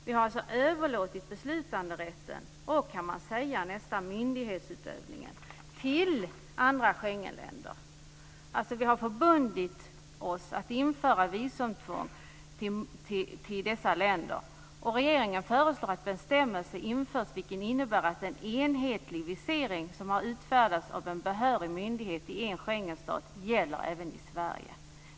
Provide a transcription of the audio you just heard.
Vi har alltså överlåtit beslutanderätten och, kan man nästan säga, myndighetsutövningen till andra Schengenländer. Vi har förbundit oss att införa visumtvång i fråga om dessa länder. Regeringen föreslår att en bestämmelse införs vilken innebär att en enhetlig visering som har utfärdats av en behörig myndighet i en Schengenstat även gäller i Sverige.